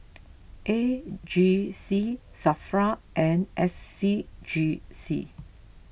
A G C Safra and S C G C